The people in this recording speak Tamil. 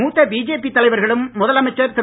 மூத்த பிஜெபி தலைவர்களும் முதலமைச்சர் திரு